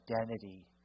identity